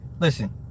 Listen